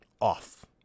off